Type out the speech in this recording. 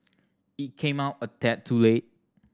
it came out a tad too late